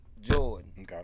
Jordan